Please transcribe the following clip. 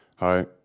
Hi